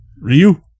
ryu